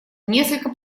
несколько